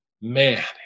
man